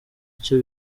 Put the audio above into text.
icyo